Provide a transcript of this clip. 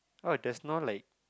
oh there's no like